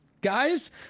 guys